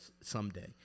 someday